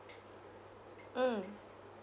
mm